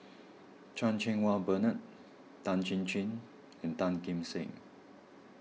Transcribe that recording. Chan Cheng Wah Bernard Tan Chin Chin and Tan Kim Seng